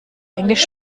englisch